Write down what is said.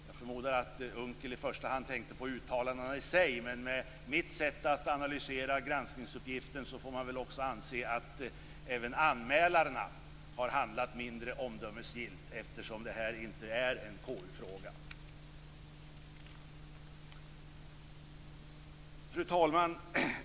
Jag förmodar att Unckel i första hand tänkte på uttalandena i sig, men enligt mitt sätt att analysera granskningsuppgiften får man väl också anse att även anmälarna har handlat mindre omdömesgillt, eftersom det här inte är en KU-fråga. Fru talman!